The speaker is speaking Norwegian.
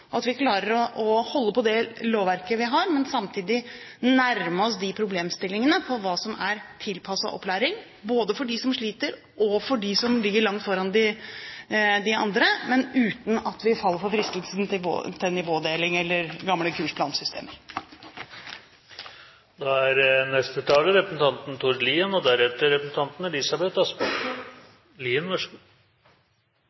at vi klarer å holde på det lovverket vi har, men samtidig nærme oss problemstillingene for hva som er tilpasset opplæring, både for dem som sliter, og for dem som ligger langt foran de andre, uten at vi faller for fristelsen til nivådeling eller gamle